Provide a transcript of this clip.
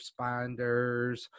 responders